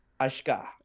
Ashka